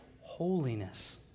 holiness